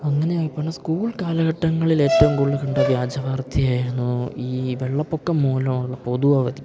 അങ്ങനെയായി പിന്നെ സ്കൂൾ കാലഘട്ടങ്ങളിളേറ്റവും കൂടുതൽ കണ്ട വ്യാജ വാർത്തയായിരുന്നു ഈ വെള്ളപ്പൊക്കം മൂലം ഉള്ള പൊതു അവധി